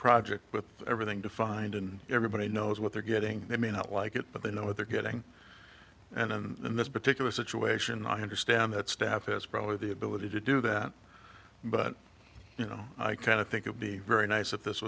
project with everything defined and everybody knows what they're getting it may not like it but they know what they're getting and in this particular situation i understand that staff is probably the ability to do that but you know i kind of think it would be very nice if this